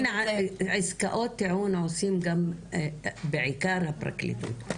אבל עסקאות טיעון עושים בעיקר הפרקליטות,